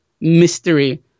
mystery